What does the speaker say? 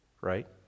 right